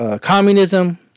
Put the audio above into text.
Communism